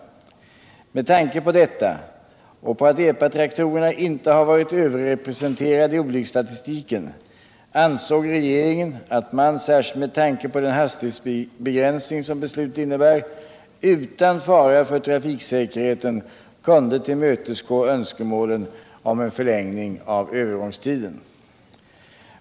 Med tanke på detta och att epatraktorerna inte har varit överrepresenterade i olycksstatistiken ansåg regeringen att man — särskilt med tanke på den hastighetsbegränsning som beslutet innebär — utan fara för trafiksäkerheten kunde tillmötesgå önskemålen om en förlängning av övergångstiden.